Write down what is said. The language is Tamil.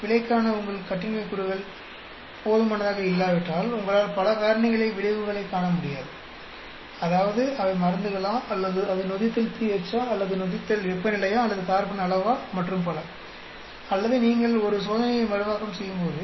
பிழைக்கான உங்கள் கட்டின்மை கூறுகள் போதுமானதாக இல்லாவிட்டால் உங்களால் பல காரணிகளின் விளைவுகளை காண முடியாது அதாவது அவை மருந்துகளா அல்லது அது நொதித்தல் pH ஆ அல்லது நொதித்தல் வெப்பநிலையா அல்லது கார்பன் அளவா மற்றும் பல அல்லது நீங்கள் ஒரு சோதனையை மறுவாக்கம் செய்யும்போது